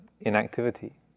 inactivity